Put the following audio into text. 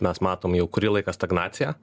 mes matom jau kurį laiką stagnaciją